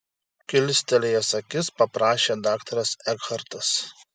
kilstelėjęs akis paprašė daktaras ekhartas